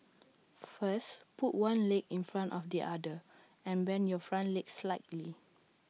first put one leg in front of the other and bend your front leg slightly